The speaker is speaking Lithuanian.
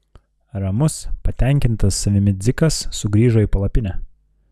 ramus patenkintas savimi dzikas sugrįžo į palapinę